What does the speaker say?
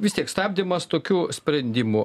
vis tiek stabdymas tokių sprendimų